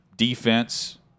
defense